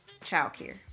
childcare